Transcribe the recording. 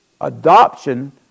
adoption